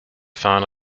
found